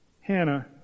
Hannah